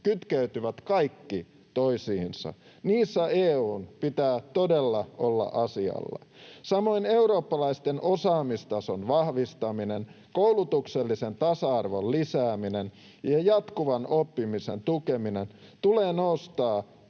kytkeytyvät kaikki toisiinsa. Niissä EU:n pitää todella olla asialla. Samoin eurooppalaisten osaamistason vahvistaminen, koulutuksellisen tasa-arvon lisääminen ja jatkuvan oppimisen tukeminen tulee nostaa